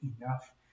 enough